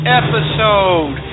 episode